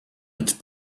its